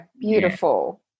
beautiful